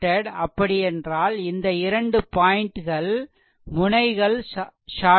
அப்படியென்றால் இந்த இரண்டு பாய்ன்ட்கள் முனைகள் ஷார்டெட்